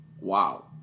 wow